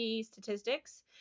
statistics